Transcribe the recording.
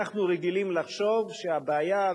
אנחנו רגילים לחשוב שהבעיה,